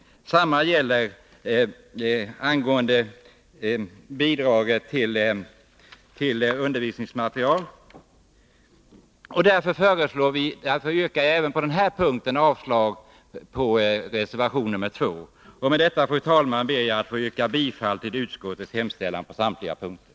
Detsamma gäller frågan om bidraget till undervisningsmaterial. Därför yrkar jag avslag även på reservation 2. Med detta, fru talman, ber jag att få yrka bifall till utskottets hemställan på samtliga punkter.